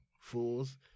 Fools